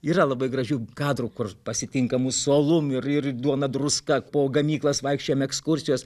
yra labai gražių kadrų kur pasitinka mus su alum ir ir duona druska po gamyklas vaikščiojom ekskursijos